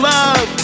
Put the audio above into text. love